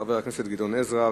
חבר הכנסת גדעון עזרא.